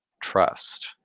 trust